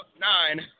nine